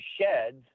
sheds